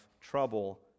trouble